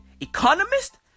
Economist